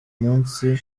munsi